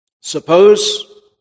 Suppose